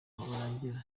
urangira